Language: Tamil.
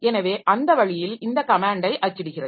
எனவே அந்த வழியில் இந்த கமேன்ட்டை அச்சிடுகிறது